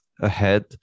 ahead